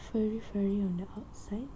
furry furry on the outside